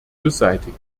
beseitigen